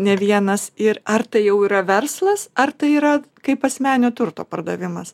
ne vienas ir ar tai jau yra verslas ar tai yra kaip asmeninio turto pardavimas